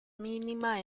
mínima